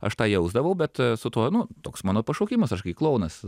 aš tą jausdavau bet su tuo nu toks mano pašaukimas aš kai klounas